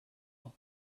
love